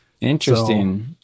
Interesting